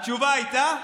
התשובה הייתה: